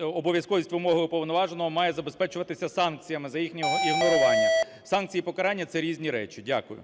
обов'язковість вимог Уповноваженого має забезпечуватися санкціями, за їхнього ігнорування. Санкції, і покарання – це різні речі. Дякую.